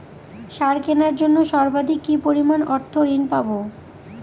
সার কেনার জন্য সর্বাধিক কি পরিমাণ অর্থ ঋণ পাব?